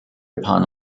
upon